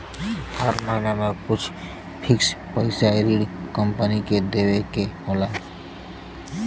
हर महिना में कुछ फिक्स पइसा ऋण कम्पनी के देवे के होला